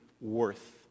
worth